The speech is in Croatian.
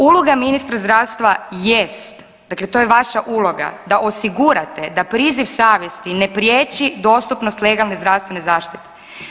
Uloga ministra zdravstva jest dakle to ja vaša uloga da osigurate da priziv savjesti ne priječi dostupnost legalne zdravstvene zaštite.